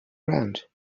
around